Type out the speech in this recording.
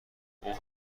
اون